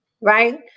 Right